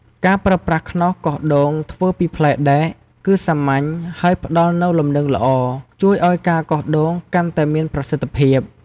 ការប្រើប្រាស់ខ្នោសកោសដូងធ្វើពីផ្លែដែក គឺសាមញ្ញ ហើយផ្តល់នូវលំនឹងល្អ ជួយឱ្យការកោសដូងកាន់តែមានប្រសិទ្ធភាព។